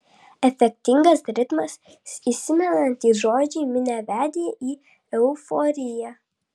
efektingas ritmas įsimenantys žodžiai minią vedė į euforiją